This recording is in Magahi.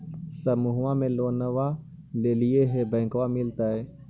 समुह मे लोनवा लेलिऐ है बैंकवा मिलतै?